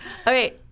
Okay